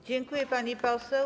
Dziękuję, pani poseł.